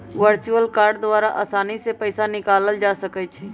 virtual card द्वारा असानी से पइसा निकालल जा सकइ छै